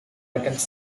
attends